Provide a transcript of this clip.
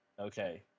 Okay